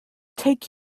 take